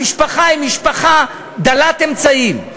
המשפחה היא משפחה דלת אמצעים,